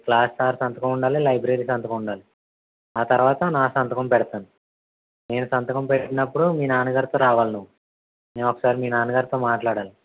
class sir సంతకం ఉండాలి library సంతకం ఉండాలి ఆ తర్వాత నా సంతకం పెడతాను నేను సంతకం పెట్టినప్పుడు మీ నాన్నగారితో రావాలి నువ్వు నేను ఒకసారి మీ నాన్నగారితో మాట్లాడాలి